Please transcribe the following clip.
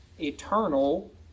eternal